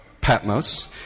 Patmos